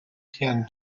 can